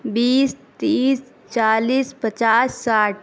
بیس تیس چالیس پچاس ساٹھ